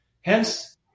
Hence